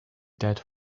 dead